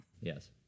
Yes